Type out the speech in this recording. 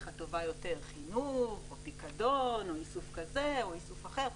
הטובה יותר חינוך או פיקדון או איסוף כזה או איסוף אחר.